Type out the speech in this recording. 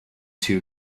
two